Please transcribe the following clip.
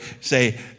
say